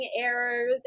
errors